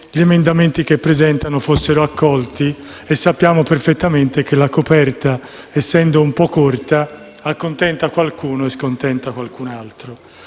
gli emendamenti che presentano fossero accolti. Sappiamo però perfettamente che la coperta, essendo un po' corta, accontenta qualcuno e scontenta qualcun altro.